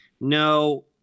No